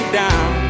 down